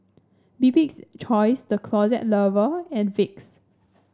Bibik's Choice The Closet Lover and Vicks